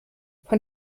von